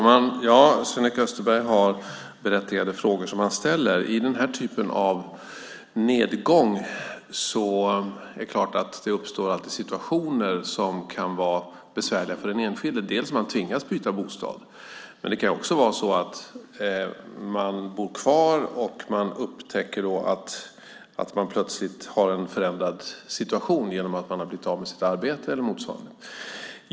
Herr talman! Sven-Erik Österberg ställer berättigade frågor. I den här typen av nedgång uppstår alltid situationer som kan vara besvärliga för den enskilde. Man kan tvingas byta bostad, men man kan också bo kvar och upptäcka att man plötsligt har en förändrad situation genom att man har blivit av med sitt arbete eller motsvarande.